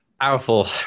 Powerful